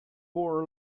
for